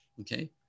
Okay